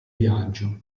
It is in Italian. viaggio